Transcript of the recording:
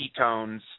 ketones